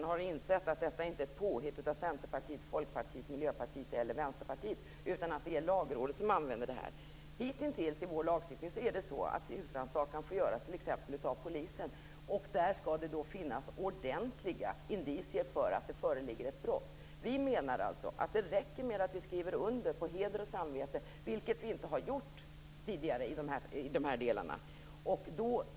Hon har insett att detta inte är ett påhitt av Centerpartiet, Folkpartiet, Miljöpartiet eller Vänsterpartiet, utan att det är Lagrådet som använder det. Hittills har det i vår lagstiftning varit så att husrannsakan får göras av t.ex. polisen, och då skall det finnas ordentliga indicier för att det föreligger ett brott. Vi menar alltså att det räcker med att man skriver under på heder och samvete, vilket man inte har gjort tidigare i de här delarna.